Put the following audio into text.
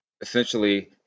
essentially